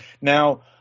now